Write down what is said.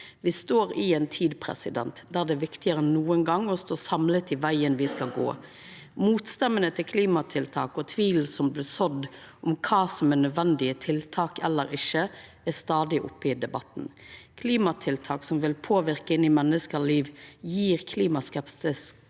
Me står i ei tid der det er viktigare enn nokon gong å stå samla om vegen me skal gå. Motstemmene til klimatiltak og tvilen som blir sådd om kva som er nødvendige tiltak eller ikkje, er stadig oppe i debatten. Klimatiltak som vil påverka menneskes liv, gjev klimaskeptikarane